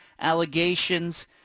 allegations